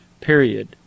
Period